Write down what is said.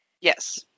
Yes